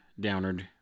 Downard